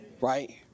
right